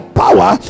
power